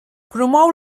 promou